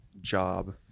job